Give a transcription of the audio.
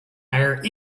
hire